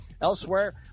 Elsewhere